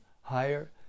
higher